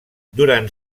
durant